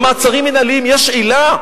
במעצרים מינהליים יש עילה,